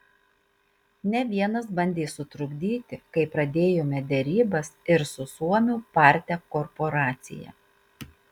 ne vienas bandė sutrukdyti kai pradėjome derybas ir su suomių partek korporacija